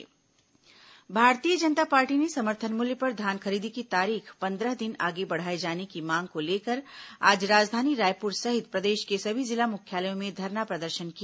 भाजपा प्रदर्शन भारतीय जनता पार्टी ने समर्थन मूल्य पर धान खरीदी की तारीख पंद्रह दिन आगे बढ़ाए जाने की मांग को लेकर आज राजधानी रायपुर सहित प्रदेश के सभी जिला मुख्यालयों में धरना प्रदर्शन किया